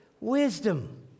wisdom